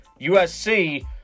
USC